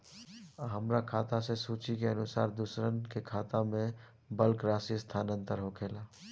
आ हमरा खाता से सूची के अनुसार दूसरन के खाता में बल्क राशि स्थानान्तर होखेला?